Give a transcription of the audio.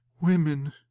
women